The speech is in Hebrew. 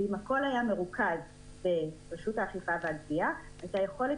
אם הכול היה מרוכז ברשות האכיפה והגבייה הייתה יכולת